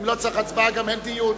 אם לא צריך הצבעה גם אין דיון.